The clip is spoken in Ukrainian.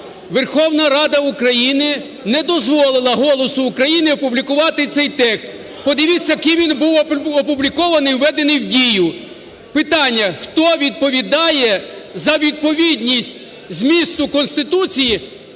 Верховна Рада України не дозволила "Голосу України" опублікувати цей текст. Подивіться, ким він був опублікований і введений в дію. Питання: хто відповідає за відповідність змісту Конституції,